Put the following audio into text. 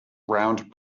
round